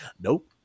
nope